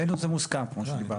עלינו זה מוסכם, כמו שדיברנו.